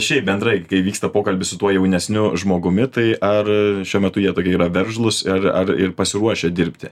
šiaip bendrai kai vyksta pokalbis su tuo jaunesniu žmogumi tai ar šiuo metu jie tokie yra veržlūs ir ar ir pasiruošę dirbti